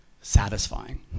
satisfying